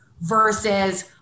Versus